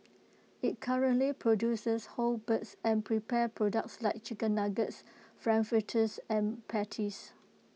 IT currently produces whole birds and prepared products like chicken nuggets frankfurters and patties